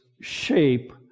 shape